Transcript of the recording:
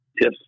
Yes